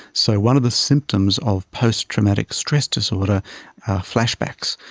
so one of the symptoms of post-traumatic stress disorder are flashbacks,